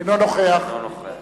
אינו נוכח